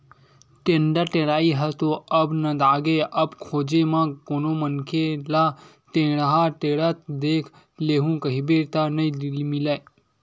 टेंड़ा टेड़ई ह तो अब नंदागे अब खोजे म कोनो मनखे ल टेंड़ा टेंड़त देख लूहूँ कहिबे त नइ मिलय